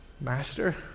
master